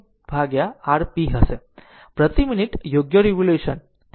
તેથી તે 1500 R p હશે પ્રતિ મિનિટ યોગ્ય રીવોલ્યુશન